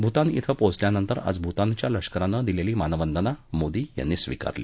भूतानमधे पोचल्यानंतर आज भूतानच्या लष्करानं दिलेली मानवंदना मोदी यांनी स्विकारली